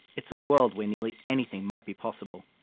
it's a world where nearly anything might be possible.